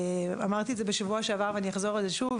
אמרתי שבוע שעבר ואני אומר זאת שוב,